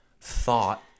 thought